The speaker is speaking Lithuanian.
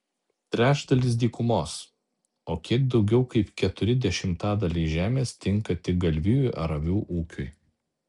trečdalis dykumos o kiek daugiau kaip keturi dešimtadaliai žemės tinka tik galvijų ar avių ūkiui